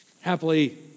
happily